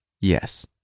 yes